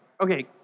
Okay